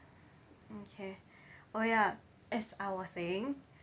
okay oh ya as I was saying